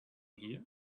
here